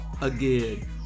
Again